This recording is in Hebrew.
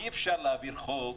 אי אפשר להעביר חוק,